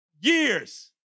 years